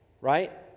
right